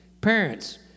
Parents